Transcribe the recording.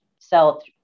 sell